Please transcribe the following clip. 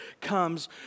comes